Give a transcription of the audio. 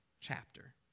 chapter